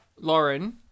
Lauren